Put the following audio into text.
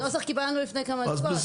את הנוסח קיבלנו לפני כמה דקות.